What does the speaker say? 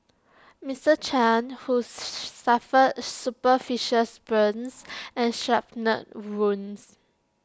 Mister chan who suffered superficial burns and shrapnel wounds